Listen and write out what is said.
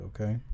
okay